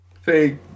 Fake